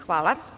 Hvala.